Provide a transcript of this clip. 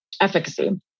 efficacy